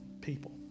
people